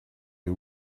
you